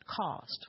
cost